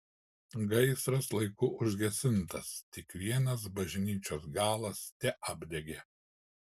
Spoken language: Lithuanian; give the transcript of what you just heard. gaisras laiku užgesintas tik vienas bažnyčios galas teapdegė